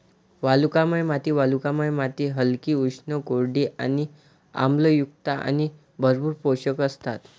वालुकामय माती वालुकामय माती हलकी, उष्ण, कोरडी आणि आम्लयुक्त आणि भरपूर पोषक असतात